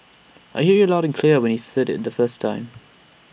I hear you loud and clear when you've said IT the first time